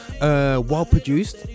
well-produced